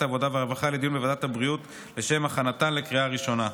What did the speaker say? העבודה והרווחה לדיון בוועדת הבריאות לשם הכנתן לקריאה הראשונה.